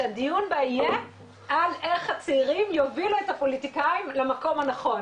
שהדיון בה יהיה על איך הצעירים יובילו את הפוליטיקאים למקום הנכון,